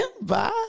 bye